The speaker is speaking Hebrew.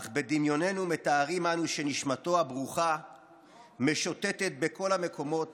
אך בדמיוננו מתארים אנו שנשמתו הברוכה משוטטת בכל המקומות